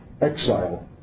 exile